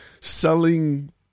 selling